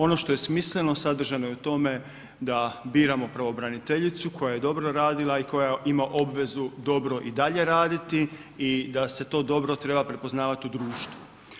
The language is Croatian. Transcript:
Ono što je smisleno sadržan je u tome da biramo pravobraniteljicu koje je dobro radila i koja ima obvezu dobro i dalje raditi i da se to dobro treba prepoznavati u društvu.